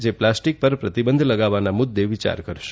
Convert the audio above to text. જે પ્લાસ્ટીક પર પ્રતિબંધ લગાવવાના મુદ્દે વિયાર કરશે